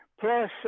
plus